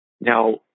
Now